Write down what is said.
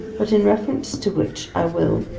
but in reference to which i will,